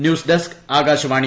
news desk Akashvani